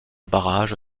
barrage